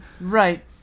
Right